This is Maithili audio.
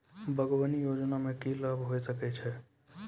बागवानी योजना मे की लाभ होय सके छै?